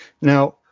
now